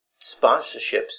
Sponsorships